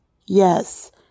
Yes